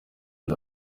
bya